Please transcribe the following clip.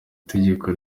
itegeko